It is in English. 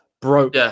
broke